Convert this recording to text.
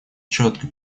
четко